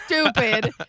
stupid